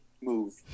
move